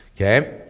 Okay